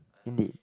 in the